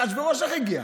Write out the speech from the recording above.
אחשוורוש, איך הגיע?